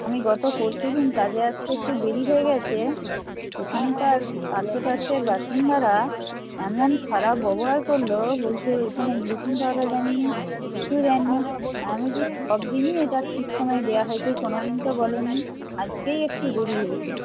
আমি গত পরশু দিন কাজে আসতে একটু দেরি হয়ে গেছে এখানকার আশেপাশের বাসিন্দারা এমন খারাপ ব্যবহার করল বলছে এখানে ব্লিচিং পাউডার দেননি কিছু দেননি আর আমি বলছি সব দিনই এটা ঠিক সময়ে দেওয়া হয় কই কোনো দিন তো বলেননি আজকেই একটু দেরি হয়েছে